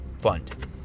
fund